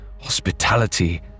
hospitality